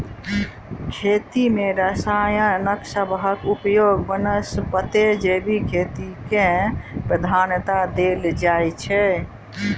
खेती मे रसायन सबहक उपयोगक बनस्पैत जैविक खेती केँ प्रधानता देल जाइ छै